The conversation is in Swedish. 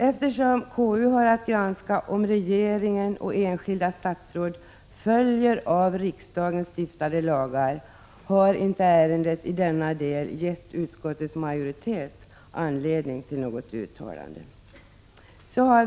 Eftersom konstitutionsutskottet har att granska om regeringen och enskilda statsråd följer av riksdagen stiftade lagar, har inte ärendet i denna del gett utskottets majoritet anledning till något uttalande.